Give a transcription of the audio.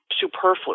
superfluous